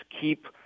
keep